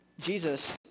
Jesus